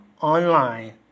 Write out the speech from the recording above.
online